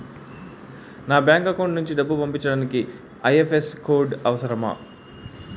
నా bank account నుంచి డబ్బు పంపించడానికి ఐ.ఎఫ్.ఎస్.సి కోడ్ అవసరమా?